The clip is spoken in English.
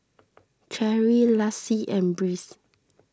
Cherie Lassie and Brice